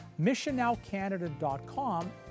missionnowcanada.com